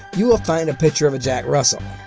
you will find a picture of a jack russell.